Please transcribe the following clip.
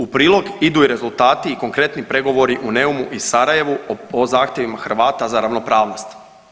U prilog idu i rezultati i konkretni pregovori u Neumu i Sarajevu o zahtjevima Hrvata za ravnopravnost.